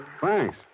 Thanks